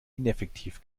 ineffektiv